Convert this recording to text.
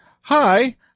hi